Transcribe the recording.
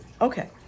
Okay